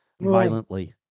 violently